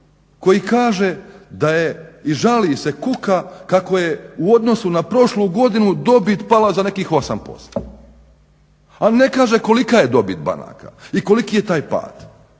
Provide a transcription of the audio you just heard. koji kaže da je i žali se, kuka kako je u odnosu na prošlu godinu dobit pala za nekih 8%, ali ne kaže kolika je dobit banaka i koliki je taj pad.